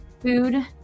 food